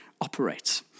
operates